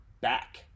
back